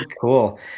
cool